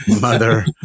mother